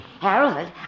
Harold